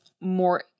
More